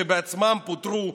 שבעצמם פוטרו,